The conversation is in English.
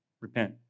Repent